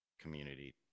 community